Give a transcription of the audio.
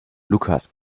lucas